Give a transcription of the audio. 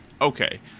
okay